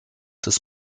des